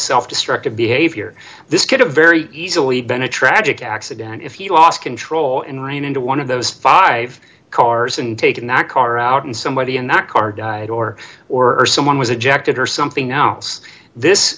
self destructive behavior this kid a very easily been a tragic accident if he lost control and ran into one of those five cars and taking that car out and somebody in that car died or or someone was objected or something else this